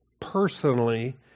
personally